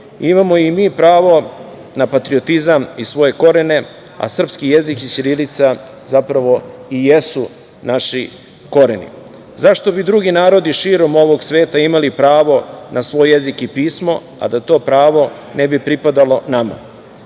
imamo i mi pravo na patriotizam i svoje korene, a srpski jezik i ćirilica zapravo i jesu naši koreni. Zašto bi drugi narodi širom ovog sveta imali pravo na svoj jezik i pismo, a da to pravo ne bi pripadalo nama.